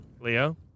Leo